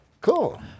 Cool